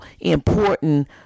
important